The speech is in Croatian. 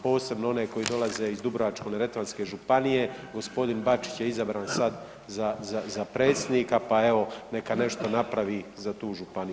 Posebno one koji dolaze iz Dubrovačko-neretvanske županije gospodin Bačić je izabran sad za predsjednika pa evo neka nešto napravi za tu županiju.